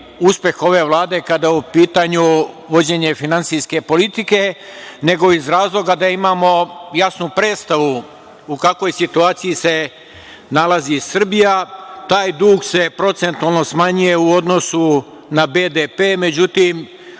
uspeh ove Vlade kada je u pitanju vođenje finansijske politike, nego iz razloga da imamo jasnu predstavu u kakvoj situaciji se nalazi Srbija. Taj dug se procentualno smanjuje u odnosu na BDP, međutim